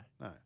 no